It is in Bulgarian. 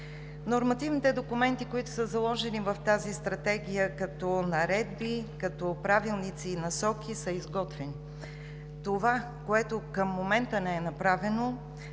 Нормативните документи, които са заложени в тази стратегия като наредби, като правилници и насоки, са изготвени. Това, което към момента не е направено,